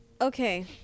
okay